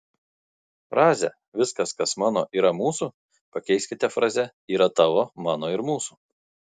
frazę viskas kas mano yra mūsų pakeiskite fraze yra tavo mano ir mūsų